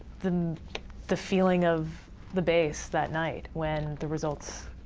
the the feeling of the base that night when the results